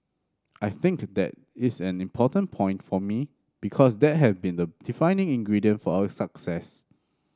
I think that is an important point for me because that have been the defining ingredient for our success